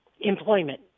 employment